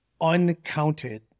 uncounted